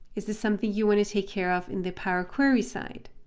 is this something you want to take care of in the power query side?